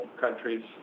countries